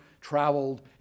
traveled